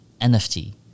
NFT